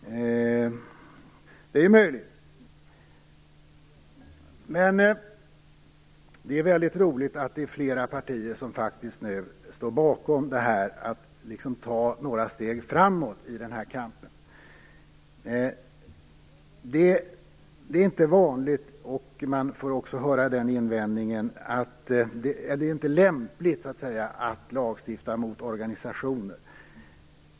Det är möjligt att det är så. Det är roligt att flera partier nu faktiskt står bakom att man skall ta några steg framåt i den här kampen. Det är inte vanligt - och man får också höra invändningen att det inte är lämpligt - att lagstifta mot organisationer.